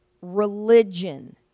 religion